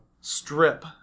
strip